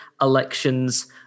elections